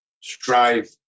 strive